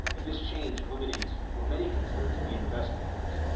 and this change eliminates what many consider to be an investment tax.